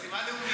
זו משימה לאומית.